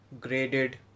graded